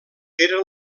era